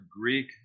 Greek